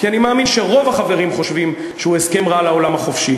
כי אני מאמין שרוב החברים חושבים שזה הסכם רע לעולם החופשי.